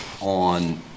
on